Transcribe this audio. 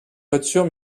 voiture